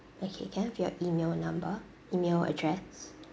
okay can I have your E-mail number E-mail address